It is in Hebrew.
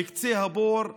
/ בקצה הבור,